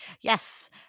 yes